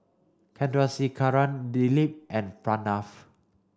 Chandrasekaran Dilip and Pranav